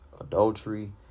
adultery